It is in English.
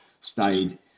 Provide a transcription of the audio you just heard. stayed